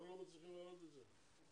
ואנחנו נאפשר להם לדבר אחר כך.